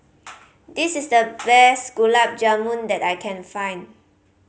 this is the best Gulab Jamun that I can find